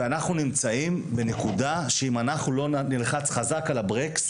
אנחנו נמצאים בנקודה שבה אם לא נלחץ חזק על הברקס